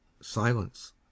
silence